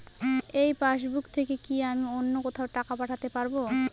এই পাসবুক থেকে কি আমি অন্য কোথাও টাকা পাঠাতে পারব?